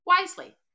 wisely